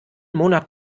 monat